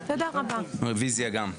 רביזיה גם.